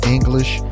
English